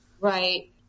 Right